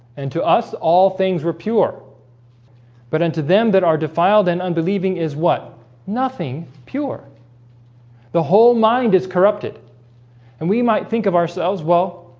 and to us all things were pure but unto them that are defiled and unbelieving is what nothing pure the whole mind is corrupted and we might think of ourselves. well,